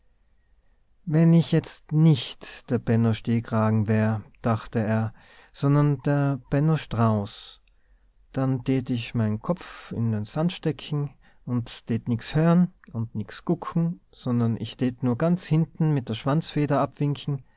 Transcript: wenn ich jetzt nicht der benno stehkragen wär dachte er sondern der benno strauß dann tät ich mein kopf in den sand stecken und tät nix hören und nix gucken sondern ich tät nur ganz hinten mit der schwanzfeder